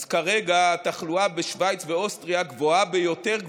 אז כרגע התחלואה בשווייץ ובאוסטריה גבוהה ביותר,